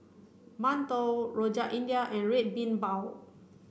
Mantou Rojak India and Red Bean Bao